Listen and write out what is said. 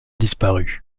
disparu